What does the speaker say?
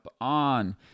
on